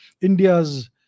India's